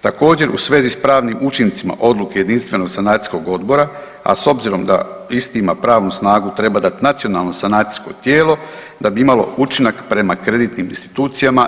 također u svezi sa pravnim učincima odluke jedinstvenog sanacijskog odbora, a s obzirom da isti ima pravnu snagu treba dat nacionalno sanacijsko tijelo da bi imalo učinak prema kreditnim institucijama.